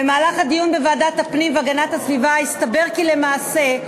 במהלך הדיון בוועדת הפנים והגנת הסביבה הסתבר כי למעשה,